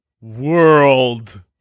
World